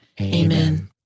Amen